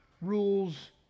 rules